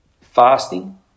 fasting